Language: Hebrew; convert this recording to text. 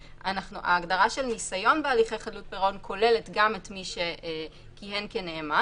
ההגדרה של ניסיון בהליכי חדלות פירעון כוללת גם את מי שכיהן כנאמן,